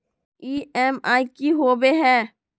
EMI की होवे है?